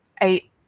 eight